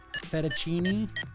fettuccine